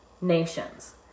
nations